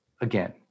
again